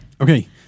Okay